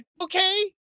okay